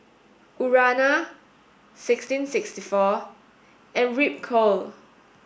Urana sixteen sixty four and Ripcurl